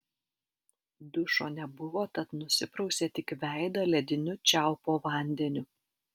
dušo nebuvo tad nusiprausė tik veidą lediniu čiaupo vandeniu